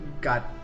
got